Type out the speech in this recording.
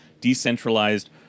decentralized